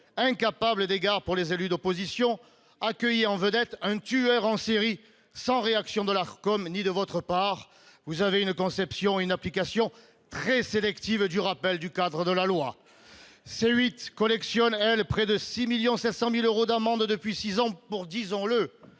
incapable d'égard pour les élus d'opposition, accueillait en vedette un tueur en série, sans réaction de l'Arcom ni de votre part ! Vous avez une conception et une application très sélective du rappel du cadre de la loi ... La chaîne C8 collectionne, elle, près de 6,7 millions d'euros d'amende depuis six ans pour, disons-le,